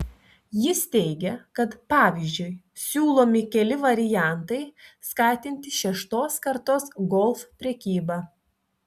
jis teigia kad pavyzdžiui siūlomi keli variantai skatinti šeštos kartos golf prekybą